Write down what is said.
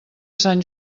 sant